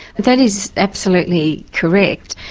that is absolutely correct.